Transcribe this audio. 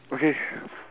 okay